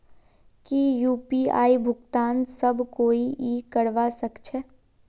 की यु.पी.आई भुगतान सब कोई ई करवा सकछै?